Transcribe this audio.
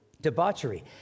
debauchery